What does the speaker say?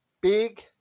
big